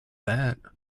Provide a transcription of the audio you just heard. that